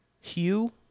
hue